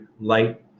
light